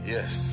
Yes